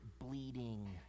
bleeding